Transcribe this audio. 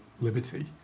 liberty